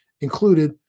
included